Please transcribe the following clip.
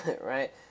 right